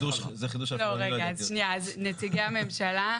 נציגי הממשלה,